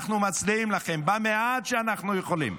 אנחנו מצדיעים לכם במעט שאנחנו יכולים.